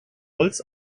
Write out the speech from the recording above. holz